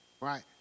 Right